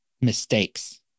mistakes